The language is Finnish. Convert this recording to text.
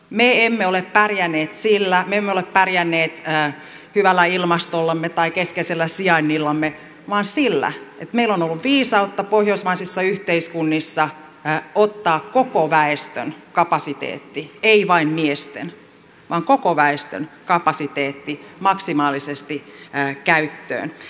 me emme ole pärjänneet hyvällä ilmastollamme tai keskeisellä sijainnillamme vaan sillä että meillä on ollut viisautta pohjoismaisissa yhteiskunnissa ottaa koko väestön kapasiteetti ei vain miesten vaan koko väestön kapasiteetti maksimaalisesti käyttöön